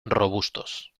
robustos